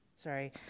Sorry